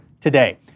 today